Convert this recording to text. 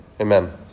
amen